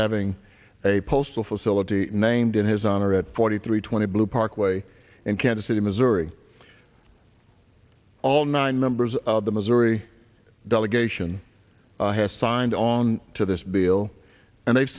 having a postal facility named in his honor at forty three twenty blue parkway in kansas city missouri all nine members of the missouri delegation has signed on to this bill and